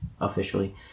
officially